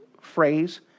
phrase